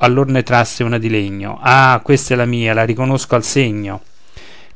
allor ne trasse una di legno ah questa è mia la riconosco al segno